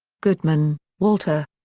goodman, walter.